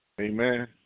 Amen